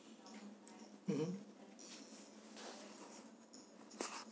mmhmm